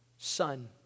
Son